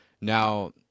Now